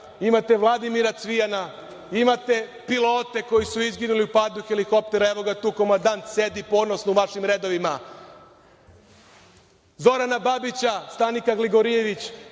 imate Vladimira Cvijana, imate pilote koji su izginuli u padu helikoptera, evo ga tu komandant sedi ponosno u vašim redovima. Zorana Babića, Stanika Gligorijević,